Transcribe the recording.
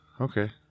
okay